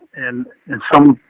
and in some,